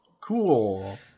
Cool